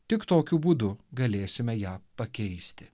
tik tokiu būdu galėsime ją pakeisti